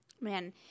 Man